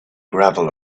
gravel